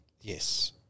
Yes